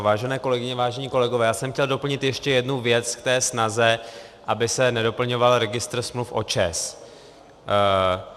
Vážené kolegyně, vážení kolegové, já jsem chtěl doplnit ještě jednu věc k té snaze, aby se nedoplňoval registr smluv o ČEZ.